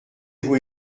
vous